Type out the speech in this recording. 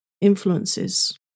influences